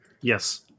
Yes